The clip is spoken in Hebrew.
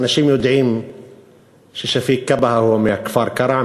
ואנשים יודעים ששפיק כבהא הוא מכפר-קרע,